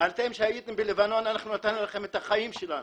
אתם כשהייתם בלבנון אנחנו נתנו לכם את החיים שלנו,